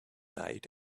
night